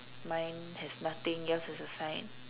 mine has nothing yours is a sign